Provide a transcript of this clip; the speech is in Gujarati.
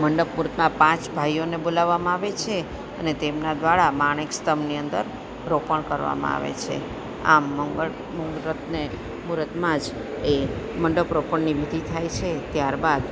મંડપમૂરતમાં પાંચ ભાઈઓને બોલાવામાં આવે છે અને તેમના દ્વારા માણેક સ્તંભની અંદર રોપણ કરવામાં આવે છે આમ મંગળમૂરતને મૂરતમાં જ એ મંડપ રોપણની વિધિ થાય છે ત્યાર બાદ